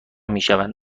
میشوند